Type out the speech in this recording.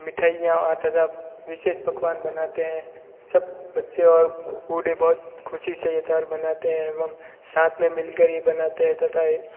मिठाइयां और तथा विशेष पकवान बनाते हैं सब बच्चे और बूढ़े बहुत खुशी से यह त्योहार मनाते हैं एवं साथ में मिलकर ये बनाते हैं तथा